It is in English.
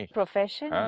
profession